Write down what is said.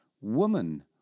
Woman